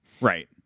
Right